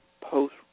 post